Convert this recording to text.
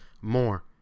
more